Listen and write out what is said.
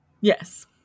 Yes